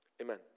Amen